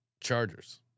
Chargers